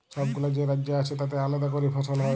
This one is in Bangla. ছবগুলা যে রাজ্য আছে তাতে আলেদা ক্যরে ফসল হ্যয়